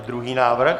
Druhý návrh?